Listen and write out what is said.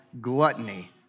Gluttony